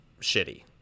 shitty